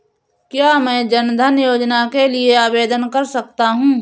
क्या मैं जन धन योजना के लिए आवेदन कर सकता हूँ?